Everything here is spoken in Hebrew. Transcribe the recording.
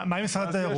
מה עם משרד התיירות?